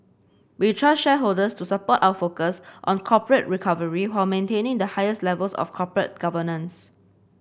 we trust shareholders will support our focus on corporate recovery while maintaining the highest levels of corporate governance